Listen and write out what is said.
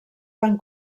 van